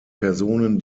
personen